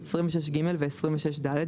26ג ו־26ד,